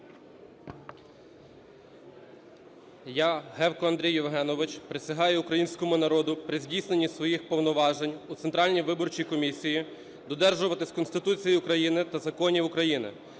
Я, Гевко Андрій Євгенович, присягаю Українському народу при здійсненні своїх повноважень у Центральній виборчій комісії додержуватися Конституції України та законів України,